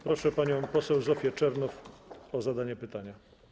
Proszę panią poseł Zofię Czernow o zadanie pytania.